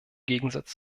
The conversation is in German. gegensatz